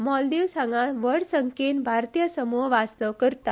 मालदीवज हांगासर व्हड संख्येन भारतीय समूह वास्तव करता